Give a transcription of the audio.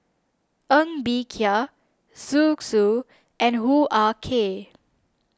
Ng Bee Kia Zhu Xu and Hoo Ah Kay